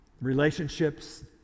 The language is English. relationships